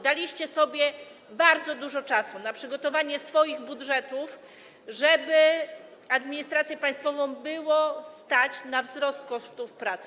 Daliście sobie bardzo dużo czasu na przygotowanie swoich budżetów, żeby administrację państwową było stać na wzrost kosztów pracy.